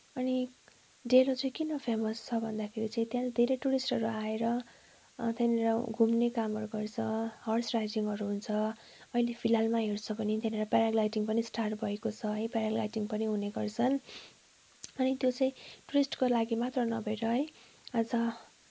अनि डेलो चाहिँ किन फेमस छ भन्दाखेरि त्याहाँ चाहिँ धेरै टुरिस्टहरू आएर त्यहाँनिर घुम्ने कामहरू गर्छ हर्स राइडिङहरू हुन्छ अहिले फिलहालमा हेर्छौँ भने त्यहाँनिर पेराग्लाइडिङ पनि स्टार्ट भएको छ है पेराग्लािडिङ पनि हुने गर्छन् अनि त्यो चाहिँ टुरिस्टको लागि मात्र नभएर है अझ